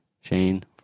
Shane